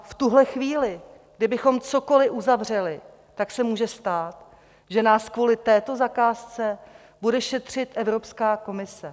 V tuhle chvíli kdybychom cokoliv uzavřeli, tak se může stát, že nás kvůli této zakázce bude šetřit Evropská komise.